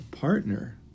partner